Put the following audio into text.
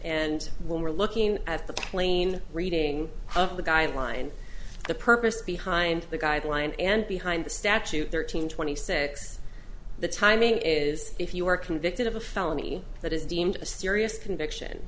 and when we're looking at the plain reading of the guideline the purpose behind the guideline and behind the statute thirteen twenty six the timing is if you are convicted of a felony that is deemed a serious conviction